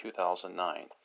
2009